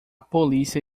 polícia